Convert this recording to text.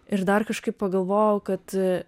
ir dar kažkaip pagalvojau kad